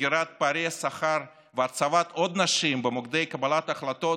סגירת פערי השכר והצבת עוד נשים במוקדי קבלת ההחלטות